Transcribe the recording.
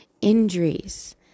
injuries